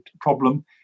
problem